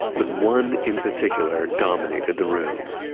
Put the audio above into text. but one in particular dominated the room.